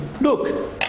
Look